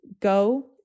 go